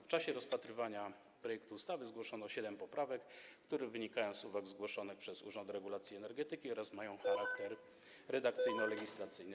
W czasie rozpatrywania projektu ustawy zgłoszono siedem poprawek, które wynikają z uwag zgłoszonych przez Urząd Regulacji Energetyki oraz mają charakter redakcyjno-legislacyjny.